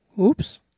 Oops